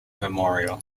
memorial